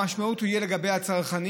המשמעות תהיה לצרכנים.